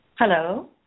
Hello